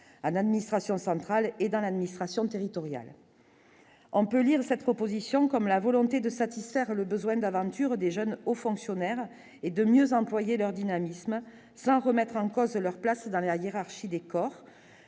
d'administration centrale et dans l'administration territoriale, on peut lire cette proposition comme la volonté de satisfaire le besoin d'aventure des jeunes aux fonctionnaires et de mieux employer leur dynamisme sans remettre en cause leur place dans la guerre archi-décor